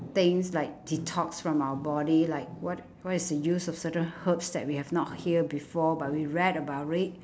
things like detox from our body like what what is the use of certain herbs that we have not hear before but we read about it